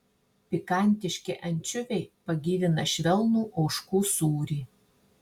pikantiški ančiuviai pagyvina švelnų ožkų sūrį